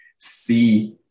see